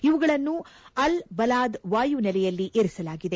ಇವುಗಳನ್ನು Al Balad ವಾಯು ನೆಲೆಯಲ್ಲಿ ಇರಿಸಲಾಗಿದೆ